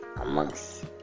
amongst